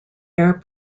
air